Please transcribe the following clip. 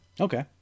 okay